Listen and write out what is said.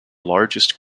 largest